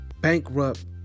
Bankrupt